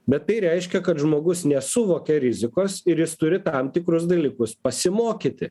bet tai reiškia kad žmogus nesuvokė rizikos ir jis turi tam tikrus dalykus pasimokyti